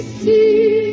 see